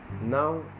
Now